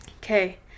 Okay